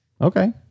Okay